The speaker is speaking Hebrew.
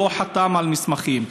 לא חתם על מסמכים.